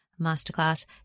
masterclass